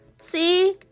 See